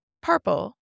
purple